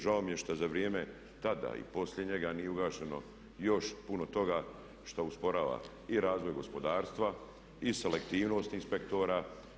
Žao mi je što je za vrijeme tada i poslije njega nije ugašeno još puno toga što usporava i razvoj gospodarstva i selektivnost inspektora.